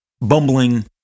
bumbling